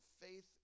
Faith